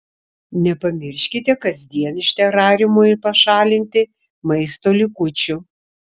nepamirškite kasdien iš terariumo pašalinti maisto likučių